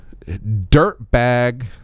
dirtbag